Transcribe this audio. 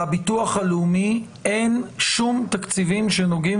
לביטוח הלאומי אין שום תקציבים שנוגעים